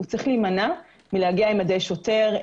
יש להימנע מלהגיע עם מדי שוטר,